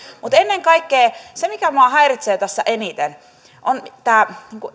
mutta se mikä minua häiritsee tässä ennen kaikkea eniten on tämä